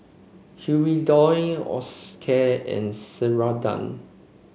Hirudoid Osteocare and Ceradan